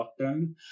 lockdown